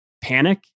panic